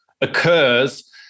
occurs